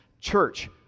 Church